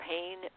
Pain